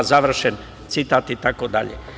Završen citat itd.